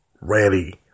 ready